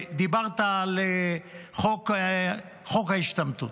דיברת על חוק ההשתמטות.